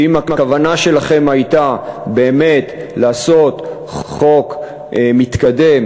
אם הכוונה שלכם הייתה באמת לעשות חוק מתקדם,